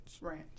Ranch